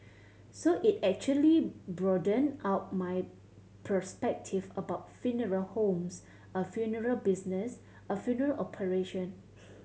so it actually broadened out my perspective about funeral homes a funeral business a funeral operation